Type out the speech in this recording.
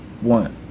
one